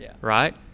right